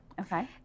Okay